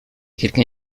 quelqu’un